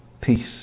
Peace